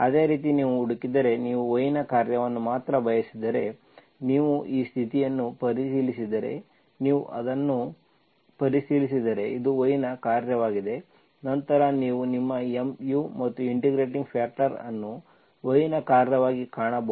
ಅದೇ ರೀತಿ ನೀವು ಹುಡುಕಿದರೆ ನೀವು y ನ ಕಾರ್ಯವನ್ನು ಮಾತ್ರ ಬಯಸಿದರೆ ನೀವು ಈ ಸ್ಥಿತಿಯನ್ನು ಪರಿಶೀಲಿಸಿದರೆ ನೀವು ಅದನ್ನು ಪರಿಶೀಲಿಸಿದರೆ ಇದು y ನ ಕಾರ್ಯವಾಗಿದೆ ನಂತರ ನೀವು ನಿಮ್ಮ mu ಮತ್ತು ಇಂಟಿಗ್ರೇಟಿಂಗ್ ಫ್ಯಾಕ್ಟರ್ ಅನ್ನು y ನ ಕಾರ್ಯವಾಗಿ ಕಾಣಬಹುದು